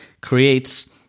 creates